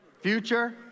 Future